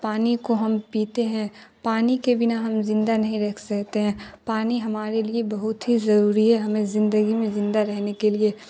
پانی کو ہم پیتے ہیں پانی کے بنا ہم زندہ نہیں رہ سکتے ہیں پانی ہمارے لیے بہت ہی ضروری ہے ہمیں زندگی میں زندہ رہنے کے لیے